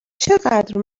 چقدر